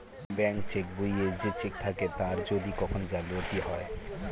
bank cheque বইয়ে যে cheque থাকে তার যদি কখন জালিয়াতি হয়